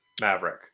maverick